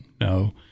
No